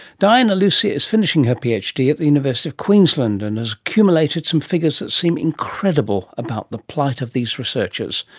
diana lucia is finishing her phd at yeah the at the university of queensland and has accumulated some figures that seem incredible about the plight of these researchers.